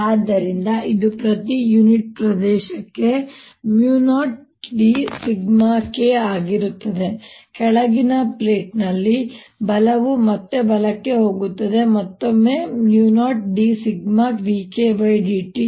ಆದ್ದರಿಂದ ಇದು ಪ್ರತಿ ಯುನಿಟ್ ಪ್ರದೇಶಕ್ಕೆ 0dσk ಆಗಿರುತ್ತದೆ ಕೆಳಗಿನ ಪ್ಲೇಟ್ನಲ್ಲಿ ಬಲವು ಮತ್ತೆ ಬಲಕ್ಕೆ ಹೋಗುತ್ತದೆ ಮತ್ತೊಮ್ಮೆ 0dσdKdt ಇರುತ್ತದೆ